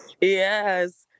yes